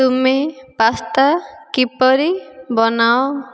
ତୁମେ ପାସ୍ତା କିପରି ବନାଅ